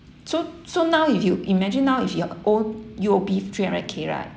so so now if you imagine now if you've owed U_O_B three hundred K right